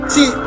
See